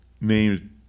named